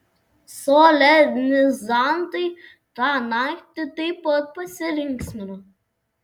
solenizantai tą naktį taip pat pasilinksmino